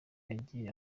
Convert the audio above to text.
yagiye